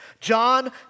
John